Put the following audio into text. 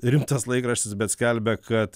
rimtas laikraštis bet skelbia kad